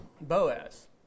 Boaz